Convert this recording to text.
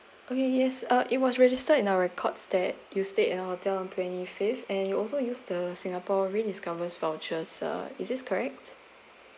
okay yes uh it was registered in our records that you stay in our hotel on twenty fifth and you also use the singapore rediscovered vouchers uh is this correct